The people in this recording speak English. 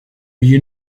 you